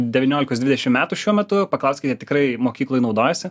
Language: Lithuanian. devyniolikos dvidešim metų šiuo metu paklauski tikrai mokykloje naudojasi